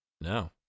No